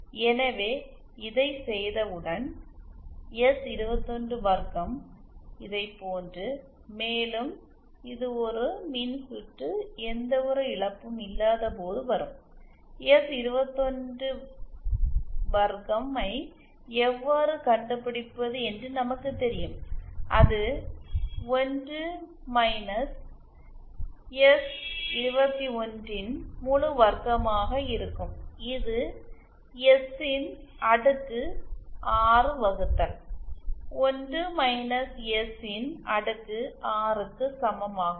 எனவே இதைச் செய்தவுடன் எஸ்212 இதைப்போன்று மேலும் இது ஒரு மின்சுற்று எந்தவொரு இழப்பும் இல்லாதபோது வரும் எஸ்212 ஐ எவ்வாறு கண்டுபிடிப்பது என்று நமக்கு தெரியும் அது 1 எஸ்21 ன் முழு வர்க்கமாக இருக்கும் இது எஸ் ன் அடுக்கு 6 வகுத்தல் 1 - எஸ் ன் அடுக்கு6 க்கு சமமாகும்